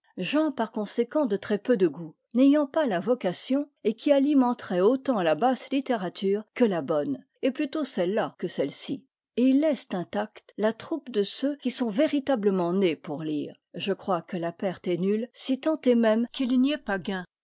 par conséquent de très peu de goût n'ayant pas la vocation et qui alimenteraient autant la basse littérature que la bonne et plutôt celle-là que celle-ci et ils laissent intacte la troupe de ceux qui sont véritablement nés pour lire je crois que la perte est nulle si tant est même qu'il n'y ait pas gain